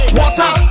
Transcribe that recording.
water